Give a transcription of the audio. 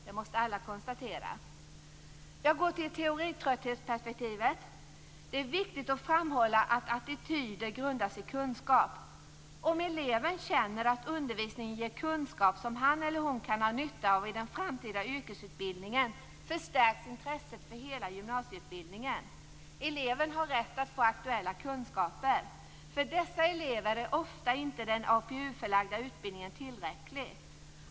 Det måste alla konstatera. Jag går över till teoritrötthetsperspektivet. Det är viktigt att framhålla att attityder grundas i kunskap. Om eleven känner att undervisningen ger kunskaper som han eller hon kan ha nytta av i den framtida yrkesutbildningen förstärks intresset för hela gymnasieutbildningen. Eleven har rätt att få aktuella kunskaper. För dessa elever är den APU-förlagda utbildningen ofta inte tillräcklig.